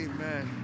Amen